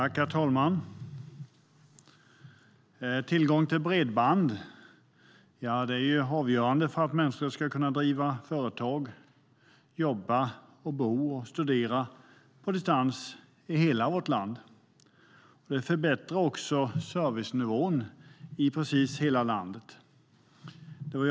Herr talman! Tillgång till bredband är avgörande för att människor ska kunna driva företag, jobba, bo och studera på distans i hela vårt land. Det förbättrar också servicenivån i precis hela landet.